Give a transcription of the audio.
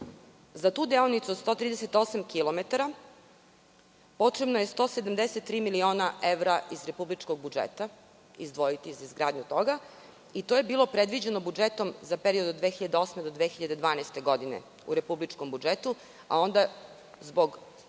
Za tu deonicu 138 kilometara potrebno je 173 miliona evra iz republičkog budžeta izdvojiti za izgradnju toga i to je bilo predviđeno budžetom za period od 2008. do 2012. godine u republičkom budžetu, a onda zbog